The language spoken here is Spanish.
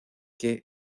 que